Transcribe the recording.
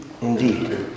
indeed